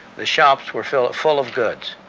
the shops were full full of goods.